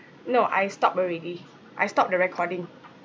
no I stopped already I stop the recording